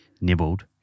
nibbled